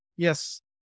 Yes